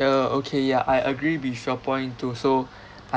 ya okay ya I agree with your point too so